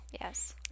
Yes